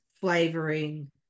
flavoring